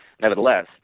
Nevertheless